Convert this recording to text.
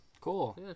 Cool